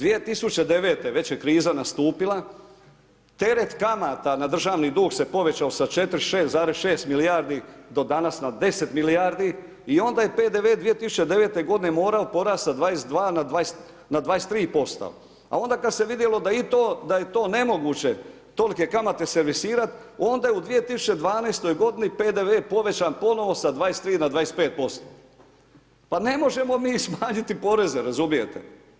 2009. već je kriza nastupila, teret kamata na državni dug se povećao sa 4 6,6 milijardi do danas na 10 milijardi i onda je PDV 2010. morao porast sa 22 na 23%, a onda kad se vidjelo da je to nemoguće tolike kamate servisirat onda je u 2012. godini PDV povećan ponovo sa 23 na 25%, pa ne možemo mi smanjiti poreze, razumijete.